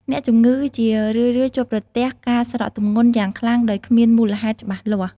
អ្នកជំងឺជារឿយៗជួបប្រទះការស្រកទម្ងន់ យ៉ាងខ្លាំងដោយគ្មានមូលហេតុច្បាស់លាស់។